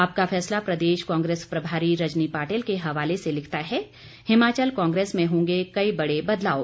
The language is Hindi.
आपका फैसला प्रदेश कांग्रेस प्रभारी रजनी पाटिल के हवाले से लिखता है हिमाचल कांग्रेस में होंगे कई बड़े बदलाव